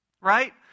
Right